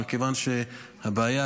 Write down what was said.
מכיוון שהבעיה,